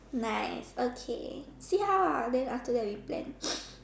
nice okay see how ah then after that we plan